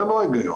זה לא ההיגיון.